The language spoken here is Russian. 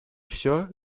все